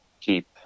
keep